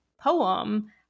poem